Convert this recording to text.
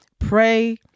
Pray